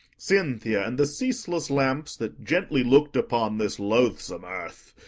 cynthia, and the ceaseless lamps that gently look'd upon this loathsome earth,